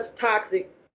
toxic